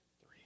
three